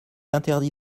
interdit